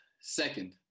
Second